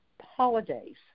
holidays